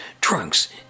trunks